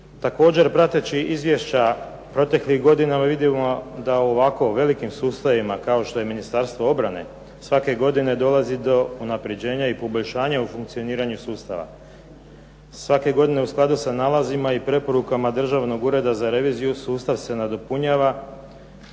Također prateći izvješća proteklih godina vidimo da u ovakvim velikim sustavima kao što je Ministarstvo obrane, svake godine dolazi do unapređenja i poboljšanja u funkcioniranju sustava. Svake godine u skladu sa nalazima i preporukama Državnog ureda za reviziju sustav se nadopunjava,